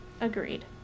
agreed